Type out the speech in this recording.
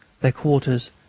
their quarters,